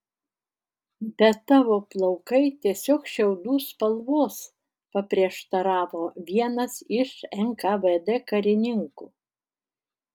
bet tavo plaukai tiesiog šiaudų spalvos paprieštaravo vienas iš nkvd karininkų